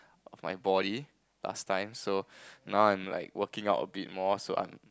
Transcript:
of my body last time so now I'm like working out a bit more so I'm